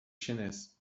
chinês